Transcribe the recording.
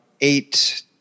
eight